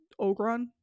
ogron